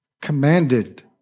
commanded